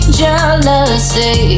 jealousy